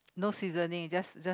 no seasoning just just